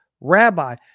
rabbi